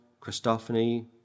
Christophany